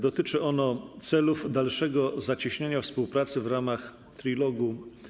Dotyczy ono celów dalszego zacieśnienia współpracy w ramach Trilogu.